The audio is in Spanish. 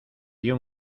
dió